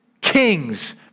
kings